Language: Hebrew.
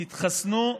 תתחסנו,